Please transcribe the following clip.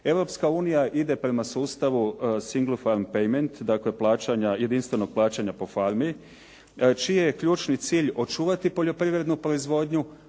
Europska unija ide prema sustavu "single one payment", dakle jedinstvenog plaćanja po farmi, čiji je ključni cilj očuvati poljoprivrednu proizvodnju,